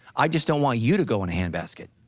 i just don't want you to go in hand basket.